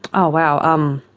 oh wow, i'm